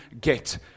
get